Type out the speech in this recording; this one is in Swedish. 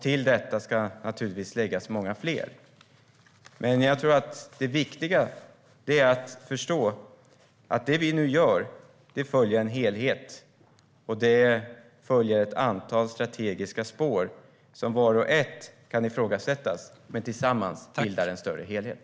Till detta ska naturligtvis läggas många fler. Men jag tror att det viktiga är att förstå att det som vi nu gör följer en helhet och ett antal strategiska spår som vart och ett kan ifrågasättas men som tillsammans bildar en större helhet.